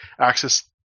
access